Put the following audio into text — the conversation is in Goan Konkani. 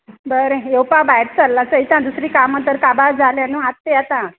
बरें येवपा भायर सल्ला चयता दुसरे कामां तर काबार जालें न्हू आत्त येता